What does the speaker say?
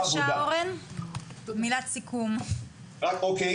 מילת סיכום בבקשה אורן.